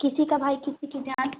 किसी का भाई किसी की जान